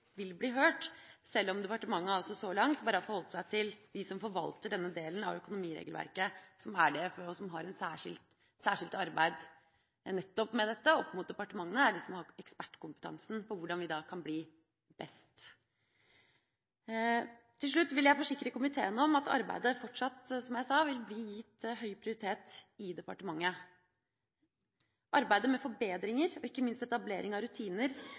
bli hørt, selv om departementet altså så langt bare har forholdt seg til dem som forvalter denne delen av økonomiregelverket, som er DFØ, og som har et særskilt arbeid nettopp med dette opp mot departementene. Det er de som har ekspertkompetansen på hvordan vi kan bli best. Til slutt vil jeg forsikre komiteen om at arbeidet fortsatt, som jeg sa, vil bli gitt høy prioritet i departementet. Arbeidet med forbedringer, og ikke minst etablering av rutiner,